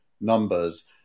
numbers